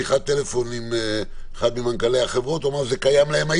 אם משאירים את הטלפון בבית --- בנוסף לשאלה של